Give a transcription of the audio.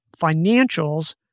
financials